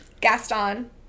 Gaston